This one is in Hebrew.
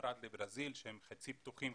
פרט לברזיל שהם חצי פתוחים,